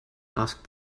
asked